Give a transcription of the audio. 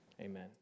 Amen